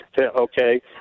Okay